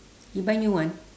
he buy new one